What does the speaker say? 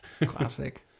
Classic